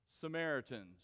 Samaritans